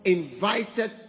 invited